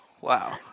Wow